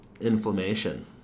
Inflammation